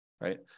right